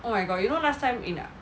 oh my god you know last time in the